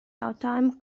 jautājumu